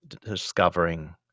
discovering